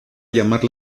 llamar